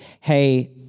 hey